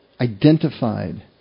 identified